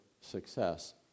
success